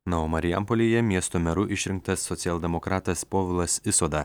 na o marijampolėje miesto meru išrinktas socialdemokratas povilas isoda